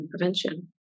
prevention